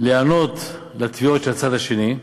להיענות לתביעות של הצד השני.